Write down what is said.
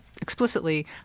explicitly